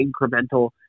incremental